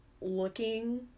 looking